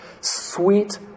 sweet